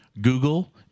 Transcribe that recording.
Google